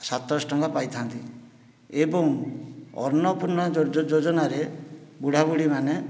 ସାତଶହ ଟଙ୍କା ପାଇଥାନ୍ତି ଏବଂ ଅନ୍ନପୂର୍ଣ୍ଣା ଯୋଜନାରେ ବୁଢ଼ାବୁଢ଼ୀ ମାନେ